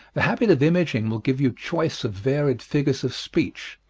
the habit of imaging will give you choice of varied figures of speech,